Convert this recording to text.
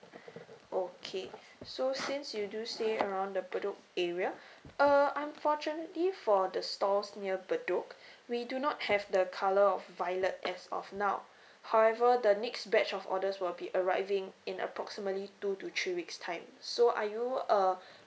okay so since you do stay around the bedok area uh unfortunately for the stores near bedok we do not have the colour of violet as of now however the next batch of orders will be arriving in approximately two to three weeks time so are you uh